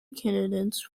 candidates